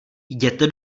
jděte